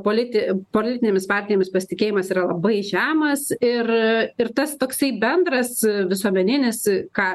politi politinėmis partijomis pasitikėjimas yra labai žemas ir ir tas toksai bendras visuomeninis ką